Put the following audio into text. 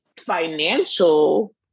financial